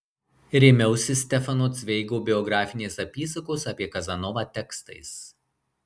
rėmiausi stefano cveigo biografinės apysakos apie kazanovą tekstais